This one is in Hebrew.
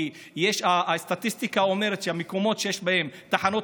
כי הסטטיסטיקה אומרת שבמקומות שיש בהם תחנות